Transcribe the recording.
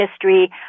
history